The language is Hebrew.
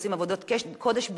שעושים עבודות קודש,